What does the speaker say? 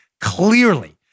clearly